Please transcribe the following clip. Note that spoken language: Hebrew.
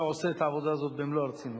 שעושה את העבודה הזאת במלוא הרצינות.